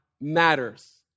matters